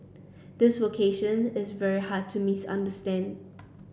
this vocation is very hard to misunderstand